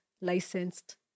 licensed